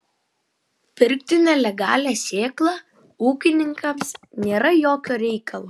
pirkti nelegalią sėklą ūkininkams nėra jokio reikalo